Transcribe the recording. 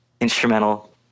instrumental